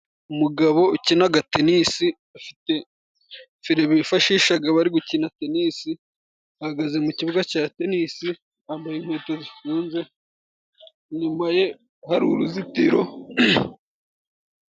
Umugabo ukinaga tenisi ufite feri bifashishaga bari gukina tenisi, ahagaze mu kibuga cya tenisi , yambaye inkweto zifunze, inyuma ye hari uruzitiro.